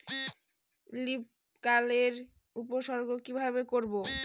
Leaf curl এর উপসর্গ কিভাবে করব?